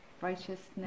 righteousness